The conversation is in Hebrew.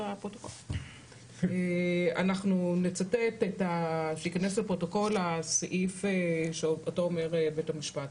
אנחנו נצטט וייכנס לפרוטוקול הסעיף שאותו אומר בית המשפט.